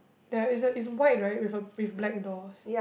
there is a is white right with a with black doors